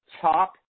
top